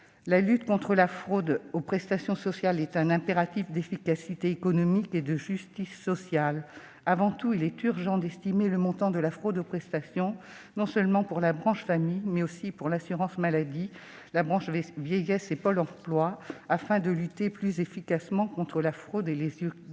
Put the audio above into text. La lutte contre la fraude aux prestations sociales est un impératif d'efficacité économique et de justice sociale. Avant tout, il est urgent d'estimer le montant de cette fraude, non seulement pour la branche famille, mais aussi pour l'assurance maladie, la branche vieillesse et Pôle emploi, afin de lutter plus efficacement contre la fraude et les